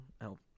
help